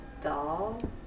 doll